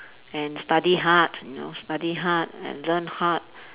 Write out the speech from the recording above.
and study hard you know study hard and learn hard